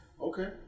Okay